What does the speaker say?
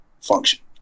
function